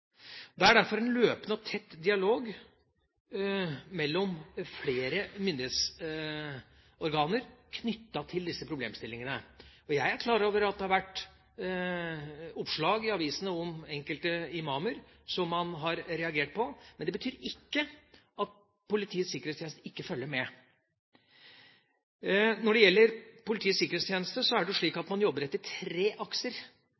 Det er derfor en løpende og tett dialog mellom flere myndighetsorganer knyttet til disse problemstillingene. Jeg er klar over at det har vært oppslag i avisene om enkelte imamer som man har reagert på. Men det betyr ikke at Politiets sikkerhetstjeneste ikke følger med. Når det gjelder Politiets sikkerhetstjeneste, er det slik at man jobber etter tre akser.